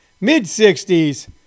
mid-60s